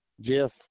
Jeff